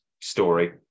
story